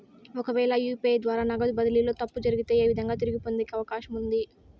ఒకవేల యు.పి.ఐ ద్వారా నగదు బదిలీలో తప్పు జరిగితే, ఏ విధంగా తిరిగి పొందేకి అవకాశం ఉంది?